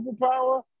superpower